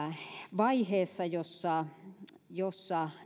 vaiheessa jossa jossa